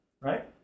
right